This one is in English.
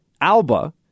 Alba